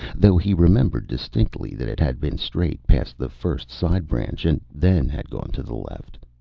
though he remembered distinctly that it had been straight past the first side-branch, and then had gone to the left.